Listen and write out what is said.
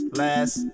last